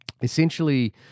essentially